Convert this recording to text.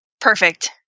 Perfect